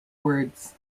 words